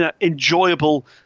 enjoyable